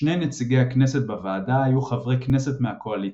שני נציגי הכנסת בוועדה היו חברי כנסת מהקואליציה.